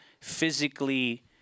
physically